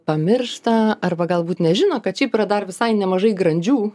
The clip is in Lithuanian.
pamiršta arba galbūt nežino kad šiaip dar visai nemažai grandžių